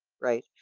right